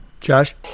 Josh